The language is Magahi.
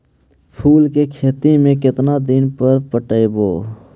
फूल के खेती में केतना दिन पर पटइबै?